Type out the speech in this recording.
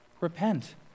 Repent